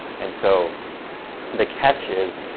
and so the catch is,